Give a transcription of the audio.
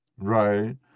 Right